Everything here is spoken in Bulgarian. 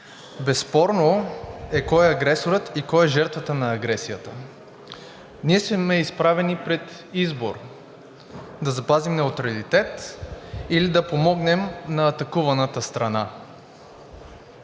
Безспорно е кой е агресорът и коя е жертвата на агресията. Ние сме изправени пред избор – да запазим неутралитет или да помогнем на атакуваната страна?